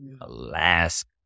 Alaska